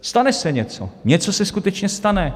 Stane se něco, něco se skutečně stane.